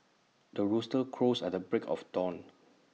the rooster crows at the break of dawn